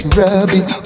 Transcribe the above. rubbing